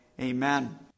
Amen